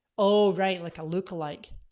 oh, right like a lookalike.